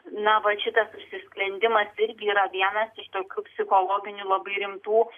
na vat šitas užsisklendimas irgi yra vienas iš tokių psichologinių labai rimtų